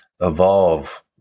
evolve